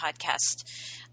podcast